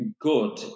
good